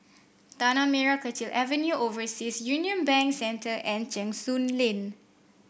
Tanah Merah Kechil Avenue Overseas Union Bank Center and Cheng Soon Lane